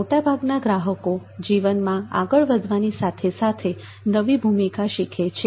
મોટાભાગના ગ્રાહકો જીવનમાં આગળ વધવાની સાથે સાથે નવી ભૂમિકા શીખે છે